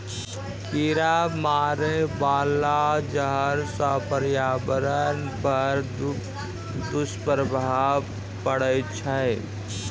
कीरा मारै बाला जहर सँ पर्यावरण पर दुष्प्रभाव पड़ै छै